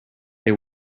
they